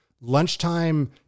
lunchtime